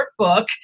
workbook